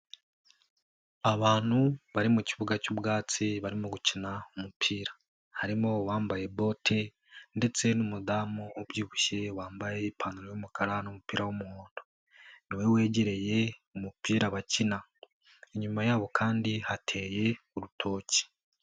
Abantu bari mu kibuga cy'ubwatsi barimo gukina umupira. Harimo uwambaye bote ndetse n'umudamu ubyibushye wambaye ipantaro y'umukara n'umupira w'umuhondo. Ni we wegereye umupira bakina. Inyuma yabo kandi hateye urutoki.